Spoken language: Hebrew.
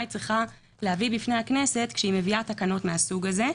מה היא צריכה להביא בפני הכנסת כשהיא מביאה תקנות מהסוג הזה.